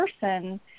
person